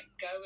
go